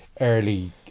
early